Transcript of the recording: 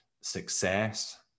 success